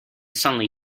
suddenly